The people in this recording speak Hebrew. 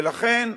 ולכן,